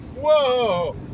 whoa